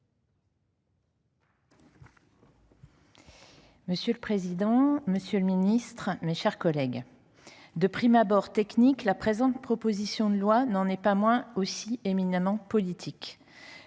Monsieur le président, monsieur le ministre, mes chers collègues, de prime abord technique, la présente proposition de loi n’en est pas moins aussi éminemment politique.